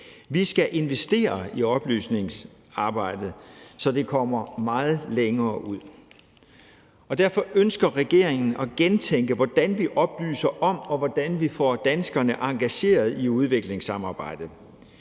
Vi skal investere i oplysningsarbejdet, så det kommer meget længere ud, og derfor ønsker regeringen at gentænke, hvordan vi oplyser om og hvordan vi får danskerne engageret i udviklingssamarbejdet.